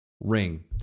ring